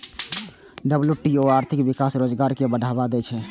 WTO आर्थिक विकास आ रोजगार कें बढ़ावा दै छै